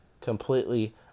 completely